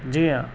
جی ہاں